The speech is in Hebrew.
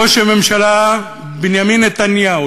ראש הממשלה בנימין נתניהו,